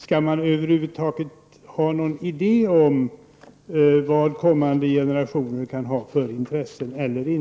Skall man över huvud taget ha någon idé om vad kommande generationer kan ha för intressen?